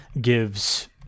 gives